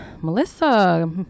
melissa